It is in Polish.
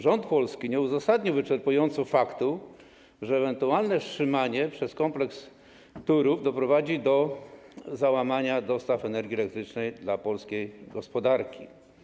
Rząd polski nie uzasadnił wyczerpująco faktu, że ewentualne wstrzymanie prac przez kompleks Turów doprowadzi do załamania dostaw energii elektrycznej dla polskiej gospodarki.